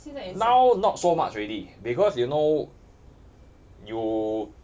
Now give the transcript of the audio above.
now not so much already because you know you